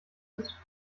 ist